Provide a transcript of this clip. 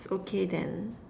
it's okay then